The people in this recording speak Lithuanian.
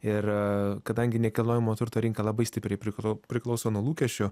ir kadangi nekilnojamojo turto rinka labai stipriai prikro priklauso nuo lūkesčių